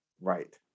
Right